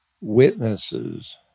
witnesses